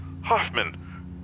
Hoffman